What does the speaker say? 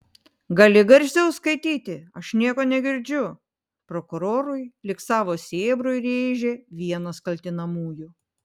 gali garsiau skaityti aš nieko negirdžiu prokurorui lyg savo sėbrui rėžė vienas kaltinamųjų